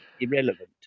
irrelevant